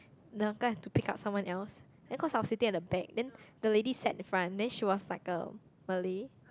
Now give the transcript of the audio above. the uncle have to pick up someone else then cause I was sitting at the back then the lady sat in front then she was like a Malay